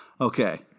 Okay